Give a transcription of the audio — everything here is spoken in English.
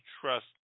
trust